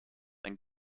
ein